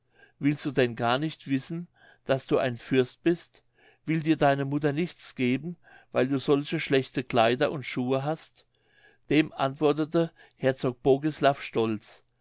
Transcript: willst du denn gar nicht wissen daß du ein fürst bist will dir deine mutter nichts geben weil du solche schlechte kleider und schuhe hast dem antwortete herzog